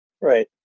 right